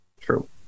True